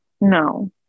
No